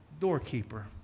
doorkeeper